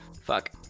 Fuck